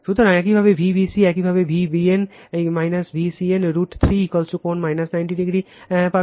সুতরাং একইভাবে Vbc একইভাবে Vbn Vcn রুট 3 কোণ 90o পাবে